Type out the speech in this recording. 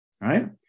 right